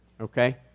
Okay